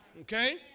Okay